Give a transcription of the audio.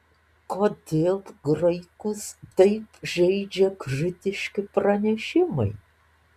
kodėl graikus taip žeidžia kritiški pranešimai